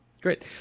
Great